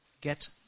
get